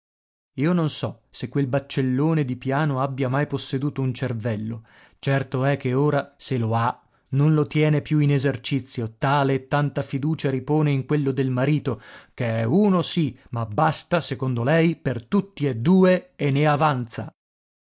io non so se quel baccellone di piano abbia mai posseduto un cervello certo è che ora se lo ha non lo tiene più in esercizio tale e tanta fiducia ripone in quello del marito che è uno sì ma basta secondo lei per tutti e due e ne avanza